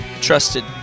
trusted